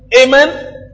Amen